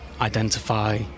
identify